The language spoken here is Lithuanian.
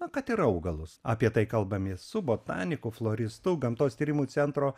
na kad ir augalus apie tai kalbamės su botaniku floristu gamtos tyrimų centro